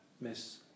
Miss